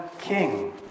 king